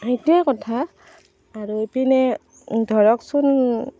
সেইটোৱে কথা আৰু ইপিনে ধৰকচোন